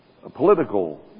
political